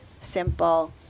simple